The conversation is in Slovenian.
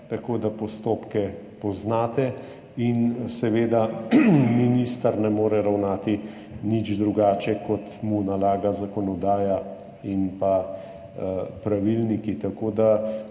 tako da postopke poznate. Seveda minister ne more ravnati nič drugače, kot mu nalagajo zakonodaja in pravilniki.